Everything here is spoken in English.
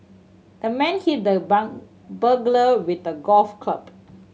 the man hit the burglar with a golf club